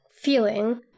feeling